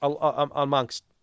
amongst